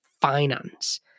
finance